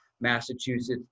Massachusetts